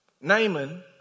Naaman